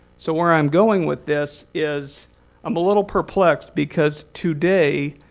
so where i'm going with this is i'm a little perplexed. because today,